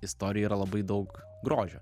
istorijoj yra labai daug grožio